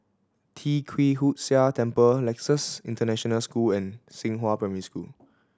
Tee Kwee Hood Sia Temple Nexus International School and Xinghua Primary School